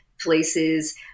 places